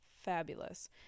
fabulous